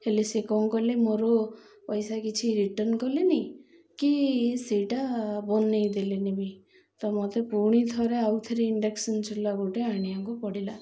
ହେଲେ ସେ କ'ଣ କଲେ ମୋର ପଇସା କିଛି ରିଟର୍ଣ୍ଣ କଲେନି କି ସେଇଟା ବନେଇ ଦେଲେନିବି ତ ମତେ ପୁଣି ଥରେ ଆଉ ଥରେ ଇଣ୍ଡକ୍ସନ୍ ଚୁଲା ଗୋଟେ ଆଣିବାକୁ ପଡ଼ିଲା